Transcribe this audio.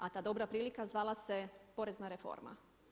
A ta dobra prilika zvala se porezna reforma.